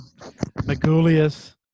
Magulius